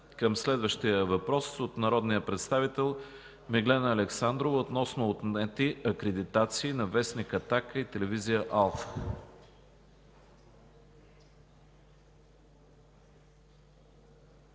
към следващия въпрос от народния представител Миглена Александрова относно отнети акредитации на вестник „Атака” и телевизия „Алфа”.